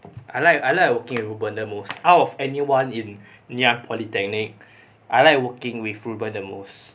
I like I like working with reu ben the most out of anyone in ngee ann polytechnic I like working with reu ben the most